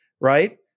Right